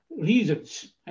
reasons